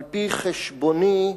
על-פי חשבוני,